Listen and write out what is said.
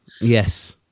Yes